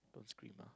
don't scream ah